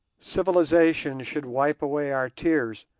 civilization should wipe away our tears,